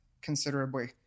considerably